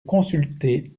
consulter